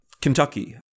Kentucky